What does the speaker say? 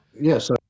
Yes